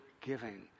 giving